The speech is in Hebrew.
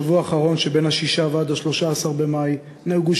בשבוע האחרון שבין 6 ועד 13 במאי נהרגו